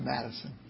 Madison